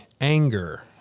anger